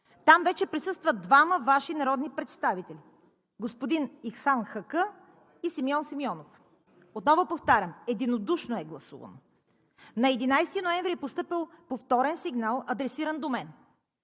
Там вече присъстват двама Ваши народни представители – господин Ихсан Хаккъ и Симеон Симеонов. Отново повтарям: единодушно е гласувано. На 11 ноември е постъпил повторен сигнал, адресиран до мен.